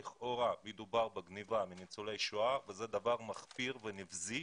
מדובר בגניבה מניצולי שואה וזה דבר מחפיר ונבזי,